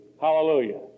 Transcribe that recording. Hallelujah